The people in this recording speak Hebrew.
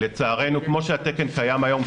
לצערנו כמו שהתקן קיים היום,